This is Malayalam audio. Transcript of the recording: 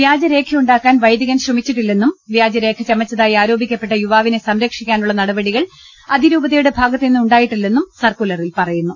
വ്യാജരേഖയുണ്ടാക്കാൻ വൈദികൻ ശ്രമിച്ചിട്ടില്ലെന്നും വ്യാജരേഖ ചമച്ചതായി ആരോപിക്കപ്പെട്ട യുവാവിനെ സംര ക്ഷിക്കാനുള്ള നടപടികൾ അതിരൂപതയുടെ ഭാഗത്തു നിന്നു ണ്ടായിട്ടില്ലെന്നും സർക്കുലറിൽ പറയുന്നു